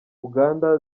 uganda